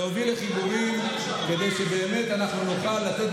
להוביל לחיבורים כדי שבאמת אנחנו נוכל לתת